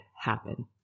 happen